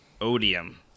odium